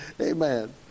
Amen